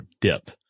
dip